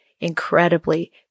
incredibly